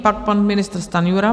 Pak pan ministr Stanjura.